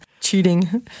Cheating